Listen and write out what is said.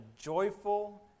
joyful